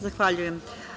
Zahvaljujem.